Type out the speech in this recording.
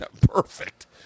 perfect